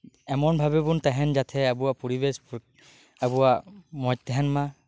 ᱮᱢᱚᱱ ᱵᱷᱟᱵᱮ ᱵᱚᱱ ᱛᱟᱦᱮᱱ ᱡᱟᱛᱮ ᱟᱵᱚᱣᱟᱜ ᱯᱚᱨᱤᱵᱮᱥ ᱟᱵᱩᱣᱟᱜ ᱢᱚᱸᱡᱽ ᱛᱟᱦᱮᱱ ᱢᱟ